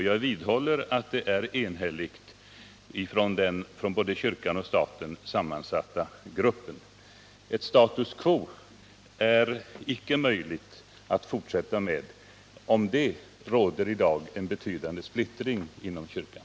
Jag vidhåller att det var ett enhälligt betänkande som avgavs av den grupp som bestod av representanter för både kyrkan och staten. Status quo är inte längre möjligt — därom råder det i dag en betydande splittring inom kyrkan.